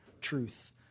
truth